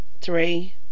three